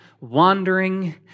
wandering